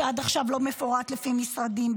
שעד עכשיו לא מפורט לפי משרדים,